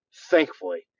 thankfully